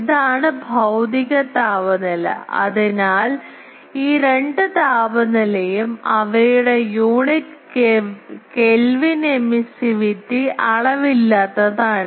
ഇതാണ് ഭൌതിക താപനില അതിനാൽ ഈ രണ്ട് താപനിലയും അവയുടെ യൂണിറ്റ് കെൽവിൻ എമിസിവിറ്റി അളവില്ലാത്തതാണ്